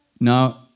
Now